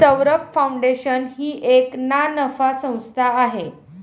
Saurabh foundation ही एक ना नफा संस्था आहे